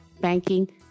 banking